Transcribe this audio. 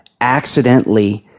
accidentally